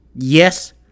Yes